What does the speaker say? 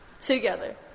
together